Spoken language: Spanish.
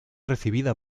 recibida